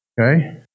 Okay